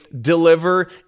deliver